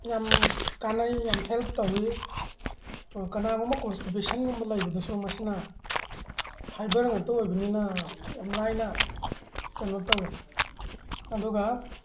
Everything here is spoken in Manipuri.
ꯌꯥꯝ ꯀꯥꯅꯩ ꯌꯥꯝ ꯍꯦꯜꯞ ꯇꯧꯋꯤ ꯀꯅꯥꯒꯨꯝꯕ ꯀꯣꯟꯁꯇꯤꯄꯦꯁꯟ ꯂꯩꯕꯗꯁꯨ ꯃꯁꯤꯅ ꯐꯤꯕꯔ ꯉꯥꯛꯇ ꯑꯣꯏꯕꯅꯤꯅ ꯌꯥꯝ ꯂꯥꯏꯅ ꯀꯩꯅꯣ ꯇꯧꯋꯦ ꯑꯗꯨꯒ